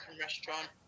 restaurant